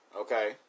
Okay